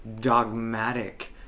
dogmatic